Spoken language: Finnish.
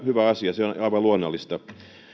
hyvä asia se on aivan luonnollista